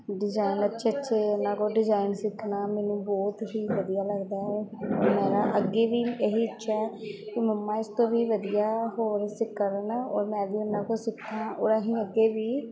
design ਅੱਛੇ ਅੱਛੇ ਉਹਨਾਂ ਕੋਲ ਡਿਜ਼ਾਇਨ ਸਿੱਖਣਾ ਮੈਨੂੰ ਬਹੁਤ ਹੀ ਵਧੀਆ ਲੱਗਦਾ ਹੈ ਔਰ ਮੈਂ ਨਾ ਅੱਗੇ ਵੀ ਇਹੀ ਇੱਛਾ ਹੈ ਕਿ ਮੰਮਾ ਇਸ ਤੋਂ ਵੀ ਵਧੀਆ ਹੋਰ ਸਿੱਖ ਕਰਨ ਔਰ ਮੈਂ ਵੀ ਉਹਨਾਂ ਕੋਲ ਸਿੱਖਾ ਔਰ ਅਸੀਂ ਅੱਗੇ ਵੀ